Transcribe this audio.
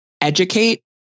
educate